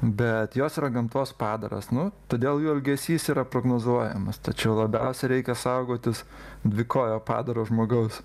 bet jos yra gamtos padaras nu todėl jų elgesys yra prognozuojamas tačiau labiausiai reikia saugotis dvikojo padaro žmogaus